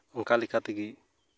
ᱚᱱᱠᱟ ᱞᱮᱠᱟ ᱛᱮᱜᱮ